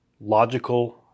logical